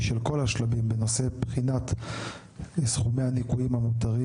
של כל השלבים בנושא בחינת סכומי הניכויים המותרים